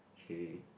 okay